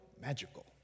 magical